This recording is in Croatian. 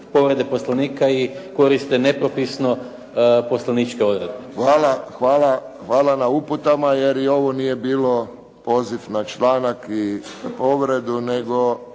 povrede Poslovnika i koriste nepropisno poslovničke odredbe. **Friščić, Josip (HSS)** Hvala na uputama, jer i ovo nije bilo poziv na članak i povredu, nego